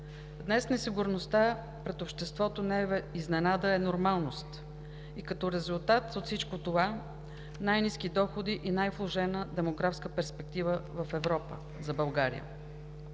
Днес несигурността пред общество не е изненада, а е нормалност. Като резултат от всичко това – най-ниските доходи и най-влошената демографска перспектива в Европа за България.